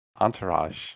entourage